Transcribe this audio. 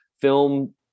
film